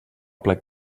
plec